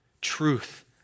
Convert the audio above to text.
Truth